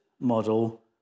model